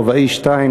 רובאי 02,